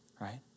right